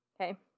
Okay